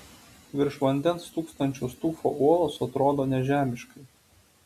virš vandens stūksančios tufo uolos atrodo nežemiškai